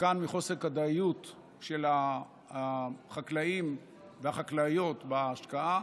חלקן מחוסר כדאיות של החקלאים והחקלאיות בהשקעה